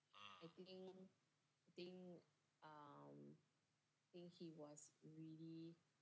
(uh huh)